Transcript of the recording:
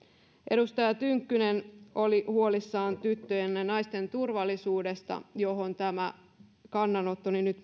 edustaja tynkkynen oli huolissaan tyttöjen ja naisten turvallisuudesta johon myöskin tämä kannanottoni nyt